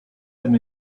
them